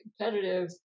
competitive